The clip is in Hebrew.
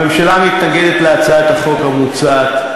הממשלה מתנגדת להצעת החוק המוצעת.